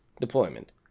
deployment